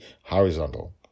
horizontal